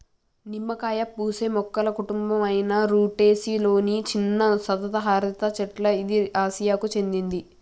నిమ్మకాయ పూసే మొక్కల కుటుంబం అయిన రుటెసి లొని చిన్న సతత హరిత చెట్ల ఇది ఆసియాకు చెందింది